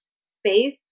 space